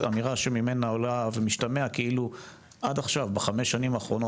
אמירה שממנה עולה ומשתמע כאילו עד עכשיו בחמש השנים האחרונות,